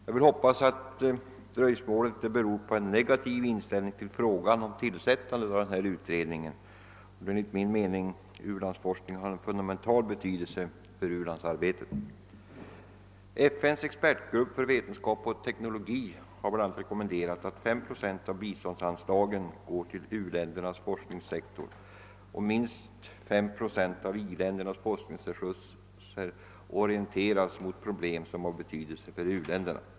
Jag vill hoppas att dröjsmålet icke beror på en negativ inställning till frågan om tillsättandet av här nämnd utredning, då enligt min me ning u-landsforskningen har en fundamental betydelse för u-landsarbetet. FN:s expertgrupp för vetenskap och teknologi har bl.a. rekommenderat att 5 procent av biståndsanslagen går till u-ländernas forskningssektor samt minst 5 procent av i-ländernas forskningsresurser orienteras mot problem som har betydelse för u-länderna.